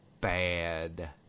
bad